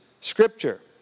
scripture